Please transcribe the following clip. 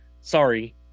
Sorry